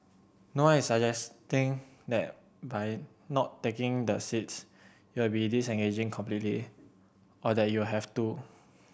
no one is suggesting that by not taking the seats you'll be disengaging completely or that you have to